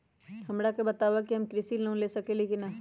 हमरा के बताव कि हम कृषि लोन ले सकेली की न?